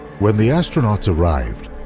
when the astronauts arrived,